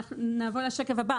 אני עוברת לשקף הבא.